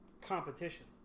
competition